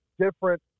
different